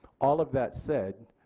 all of that said,